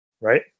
Right